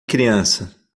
criança